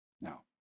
Now